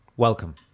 Welcome